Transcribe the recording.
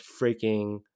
freaking